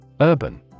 Urban